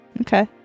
Okay